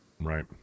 Right